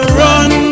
run